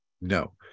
no